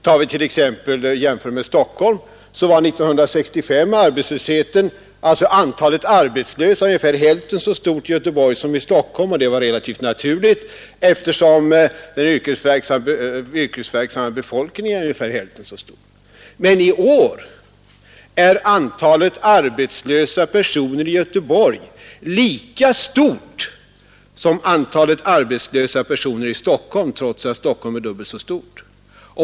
Om vi t.ex. jämför med Stockholm, finner vi att antalet arbetslösa år 1965 var ungefär hälften så stort i Göteborg som i Stockholm, och det var relativt naturligt, eftersom den yrkesverksamma befolkningen är ungefär hälften så stor. Men i år är antalet arbetslösa personer i Göteborg lika stort som antalet arbetslösa personer i Stockholm, trots att Stockholm är dubbelt så stort.